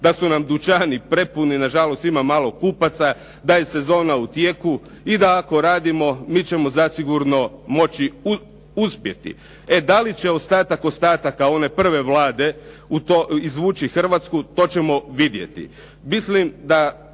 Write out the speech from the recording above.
da su nam dućani prepuni, nažalost ima malo kupaca, da je sezona u tijeku i da ako radimo mi ćemo zasigurno moći uspjeti. E da li će ostatak ostataka one prve Vlade izvući Hrvatsku, to ćemo vidjeti.